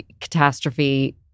catastrophe